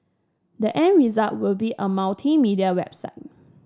the end result will be a multimedia website